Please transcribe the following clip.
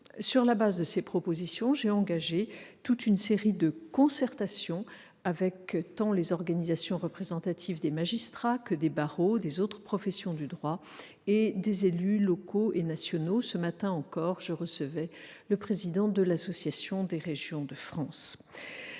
Sur le fondement de ces propositions, j'ai engagé toute une série de concertations avec les organisations représentatives des magistrats, des barreaux, des autres professions du droit, et des élus locaux et nationaux- ce matin encore, je recevais le président de l'Association des régions de France.